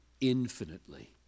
infinitely